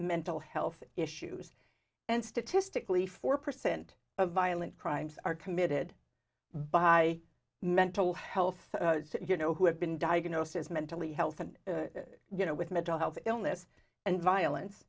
mental health issues and statistically four percent of violent crimes are committed by mental health you know who have been diagnosed as mentally health and you know with mental health illness and violence